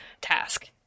task